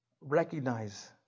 recognize